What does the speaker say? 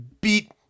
Beat